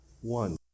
one